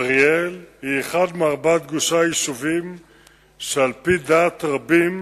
אריאל היא אחד מארבעת גושי היישובים שעל-פי דעת רבים